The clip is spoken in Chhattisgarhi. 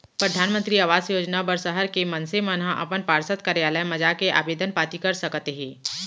परधानमंतरी आवास योजना बर सहर के मनसे मन ह अपन पार्षद कारयालय म जाके आबेदन पाती कर सकत हे